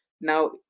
Now